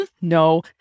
No